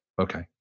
okay